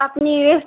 আপনি এ